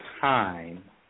time